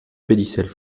pédicelle